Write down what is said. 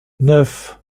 neuf